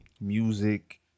music